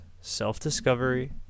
self-discovery